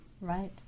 right